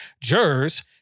jurors